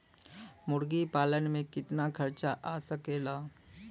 मुर्गी पालन में कितना खर्च आ सकेला?